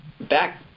back